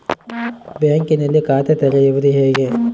ಬ್ಯಾಂಕಿನಲ್ಲಿ ಖಾತೆ ತೆರೆಯುವುದು ಹೇಗೆ?